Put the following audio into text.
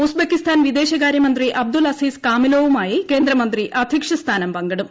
Uzbekistan വിദേശ കാര്യമന്ത്രി Abdul Aziz കാമിലോവുമായി കേന്ദ്രമന്ത്രി അധ്യക്ഷ സ്ഥാനം പങ്കിടും